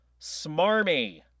smarmy